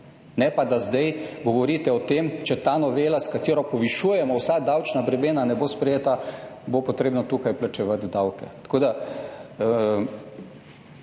ne pa da zdaj govorite o tem, če ta novela, s katero povišujemo vsa davčna bremena ne bo sprejeta, bo potrebno tukaj plačevati davke.